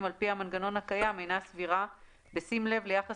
על פי המנגנון הקיים אינה סבירה בשים לב ליחס